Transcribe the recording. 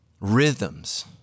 Rhythms